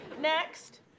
Next